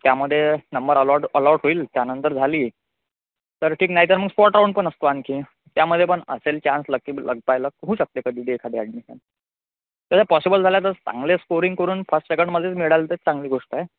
त्यामध्ये number allot allot होईल त्यानंतर झाली तर ठीक नाहीतर मग स्पॉट राऊंड पण असतो आणखी त्यामध्ये पण असेल chance lucky luck by luck होऊ शकते कधी ते एखादी ॲडमिशन तसं पॉसिबल झालं तर चांगले स्कोरिंग करून फर्स्ट सेकंडमध्येच मिळालं तर चांगली गोष्ट आहे